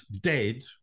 dead